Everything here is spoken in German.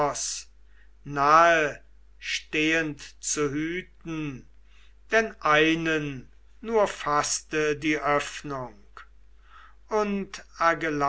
nahe stehend zu hüten denn einen nur faßte die öffnung und